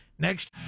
Next